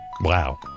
wow